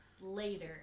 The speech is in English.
later